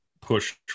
push